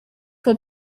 for